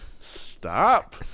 stop